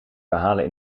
verhalen